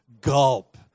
Gulp